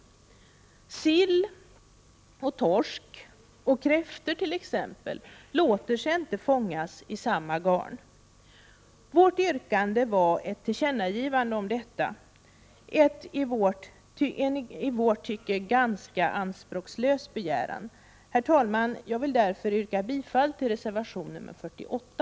Sill, torsk och kräftor låter sig inte fångas i samma garn. Vårt yrkande går ut på att riksdagen skall göra ett tillkännagivande om detta, en i vårt tycke ganska anspråkslös begäran. Herr talman! Jag yrkar därför bifall till reservation 48.